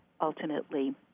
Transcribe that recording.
ultimately